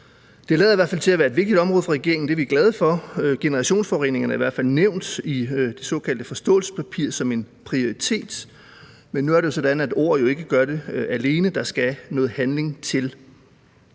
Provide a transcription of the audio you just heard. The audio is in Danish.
hvert fald til at være et vigtigt område for regeringen, og det er vi glade for. Generationsforureningerne er i hvert fald nævnt i det såkaldte forståelsespapir som en prioritet, men nu er det sådan, at ord jo ikke gør det alene, der skal noget handling til.